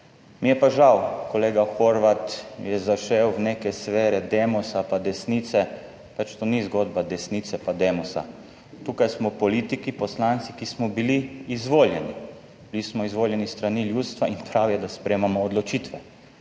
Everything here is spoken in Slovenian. Mi je pa žal, kolega Horvat je zašel v neke sfere Demosa pa desnice, to ni zgodba desnice pa Demosa, tukaj smo politiki, poslanci, ki smo bili izvoljeni, bili smo izvoljeni s strani ljudstva in prav je, da sprejemamo odločitve,